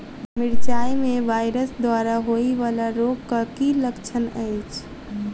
मिरचाई मे वायरस द्वारा होइ वला रोगक की लक्षण अछि?